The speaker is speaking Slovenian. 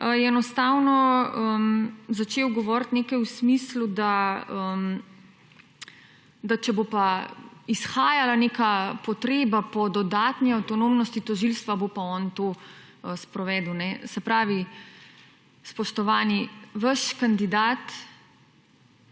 enostavno začel govoriti nekaj v smislu, da če bo pa izhajala neka potreba po dodatni avtonomnosti tožilstva, bo pa on to sprovedel, ne. Se pravi, spoštovani, vaš kandidat